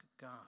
God